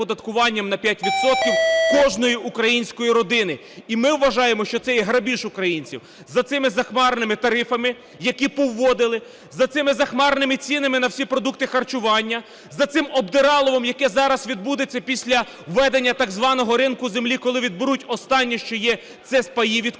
кожної української родини. І ми вважаємо, що це є грабіж українців. За цими захмарними тарифами, які повводили, за цими захмарними цінами на всі продукти харчування, за цим обдираловом, яке зараз відбудеться після введення так званого ринку землі, коли відберуть останнє, що є, це паї від кожної